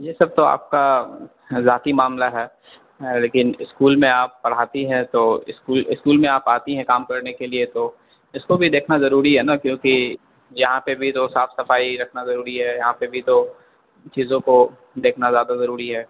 یہ سب تو آپ کا ذاتی معاملہ ہے لیکن اسکول میں آپ پڑھاتی ہیں تو اسکول اسکول میں آپ آتی ہیں کام کرنے کے لیے تو اس کو بھی دیکھنا ضروری ہے نا کیونکہ یہاں پہ بھی تو صاف صفائی رکھنا ضروری ہے یہاں پہ بھی تو چیزوں کو دیکھنا زیادہ ضروری ہے